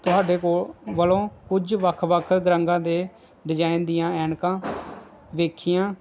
ਤੁਹਾਡੇ ਕੋਲ ਵਲੋਂ ਕੁਝ ਵੱਖ ਵੱਖ ਰੰਗਾਂ ਦੇ ਡਿਜ਼ਾਇਨ ਦੀਆਂ ਐਨਕਾਂ ਵੇਖੀਆਂ